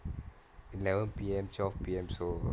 eleven P_M twelve P_M so